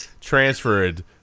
transferred